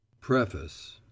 preface